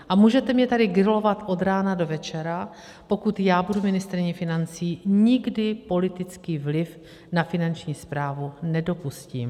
A můžete mě tady grilovat od rána do večera, pokud já budu ministryní financí, nikdy politický vliv na Finanční správu nedopustím.